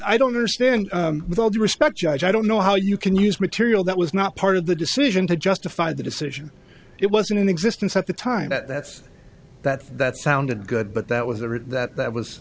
i don't understand with all due respect judge i don't know how you can use material that was not part of the decision to justify the decision it wasn't in existence at the time that that's that that sounded good but that was a writ that was